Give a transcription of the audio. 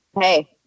hey